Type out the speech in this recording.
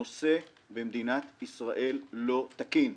הנושא במדינת ישראל לא תקין,